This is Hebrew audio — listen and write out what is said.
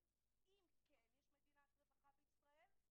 אבל אם כן יש מדינת רווחה בישראל,